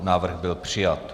Návrh byl přijat.